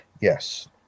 yes